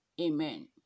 Amen